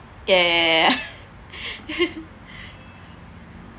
ya ya ya ya